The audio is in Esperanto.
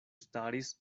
staris